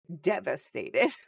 devastated